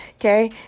okay